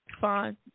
fine